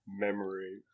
memory